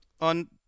On